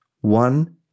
one